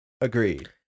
agreed